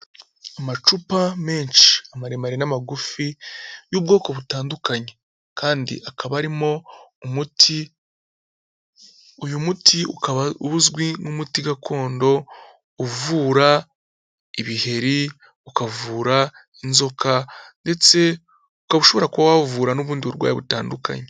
Amacupa menshi amaremare n'amagufi y'ubwoko butandukanye kandi akaba arimo umuti, uyu muti ukaba uzwi nk'umuti gakondo uvura ibiheri, ukavura inzoka ndetse ukaba ushobora kuba wavura n'ubundi burwayi butandukanye.